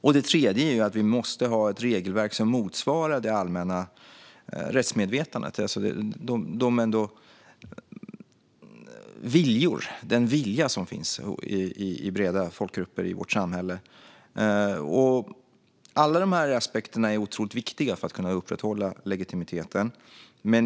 En tredje aspekt är att vi måste ha ett regelverk som motsvarar det allmänna rättsmedvetandet, alltså den vilja som finns i breda folkgrupper i vårt samhälle. Alla dessa aspekter är otroligt viktiga för att vi ska kunna upprätthålla legitimiteten.